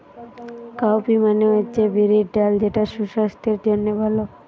cowpea মানে হচ্ছে বিরির ডাল যেটা সুসাস্থের জন্যে ভালো